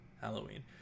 Halloween